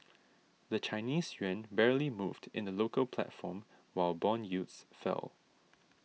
the Chinese yuan barely moved in the local platform while bond yields fell